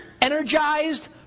energized